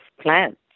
plants